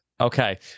Okay